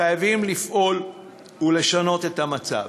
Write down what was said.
חייבים לפעול ולשנות את המצב.